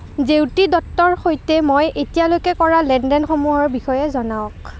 জেউতি দত্তৰ সৈতে মই এতিয়ালৈকে কৰা লেনদেনসমূহৰ বিষয়ে জনাওক